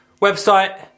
website